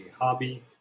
hobby